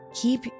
keep